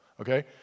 okay